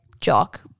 jock